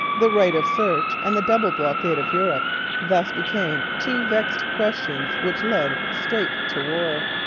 the right of search and the double blockade of europe thus became two vexed questions which led straight to war.